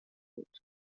بود